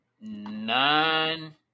nine